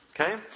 Okay